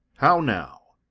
how now?